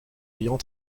ayant